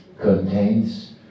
contains